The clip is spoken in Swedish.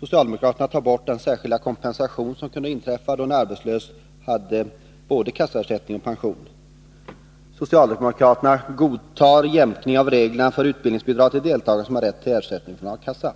Socialdemokraterna tar bort den särskilda kompensation som kunde bli aktuell då en arbetslös hade både kassaersättning och pension. Socialdemokraterna godtar en jämkning av reglerna för utbildningsbidrag till deltagare som har rätt till ersättning från A-kassa.